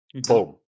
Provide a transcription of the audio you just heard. Boom